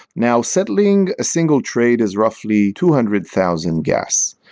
now settling a single trade is roughly two hundred thousand guests,